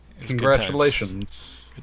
Congratulations